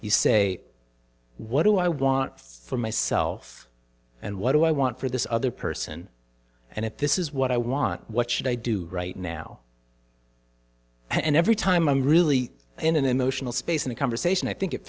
you say what do i want for myself and what do i want for this other person and if this is what i want what should i do right now and every time i'm really in an emotional space in a conversation i think at